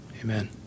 Amen